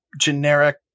generic